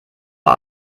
uhr